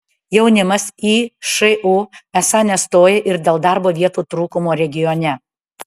jaunimas į šu esą nestoja ir dėl darbo vietų trūkumo regione